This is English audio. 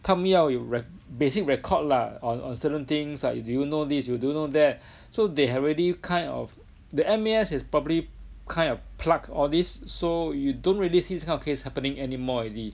他们要有 rec~ basic record lah on on certain things like do you know this or do you know that so they have already kind of the M_A_S is probably kind of plug all this so you don't really see this kind of case happening anymore already